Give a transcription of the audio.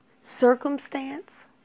circumstance